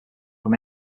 from